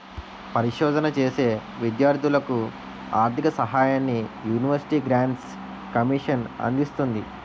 పరిశోధన చేసే విద్యార్ధులకు ఆర్ధిక సహాయాన్ని యూనివర్సిటీ గ్రాంట్స్ కమిషన్ అందిస్తుంది